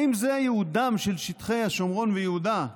האם זה ייעודם של שטחי השומרון ויהודה,